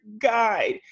guide